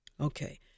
Okay